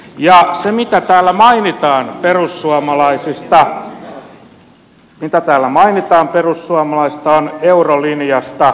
ja se mitä täällä mainitaan perussuomalaisista on eurolinjasta etupäässä